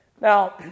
now